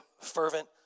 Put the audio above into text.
fervent